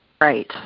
right